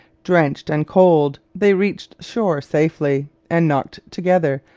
drenched and cold, they reached shore safely, and knocked together,